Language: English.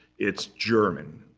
it's german.